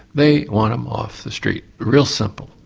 they want them off the street real simple.